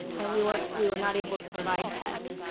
and we were we were not able to provide tests.